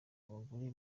abagore